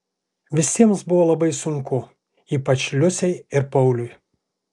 visiems buvo labai sunku ypač liusei ir pauliui